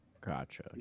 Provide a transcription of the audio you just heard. Gotcha